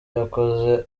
yakoze